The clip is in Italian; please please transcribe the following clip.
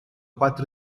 quattro